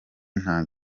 nta